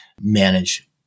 manage